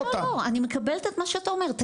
לא, לא, אני מקבלת את מה שאתה אומר.